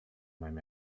mam